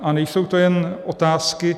A nejsou to jen otázky.